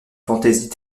fantaisies